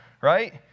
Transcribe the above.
right